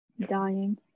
dying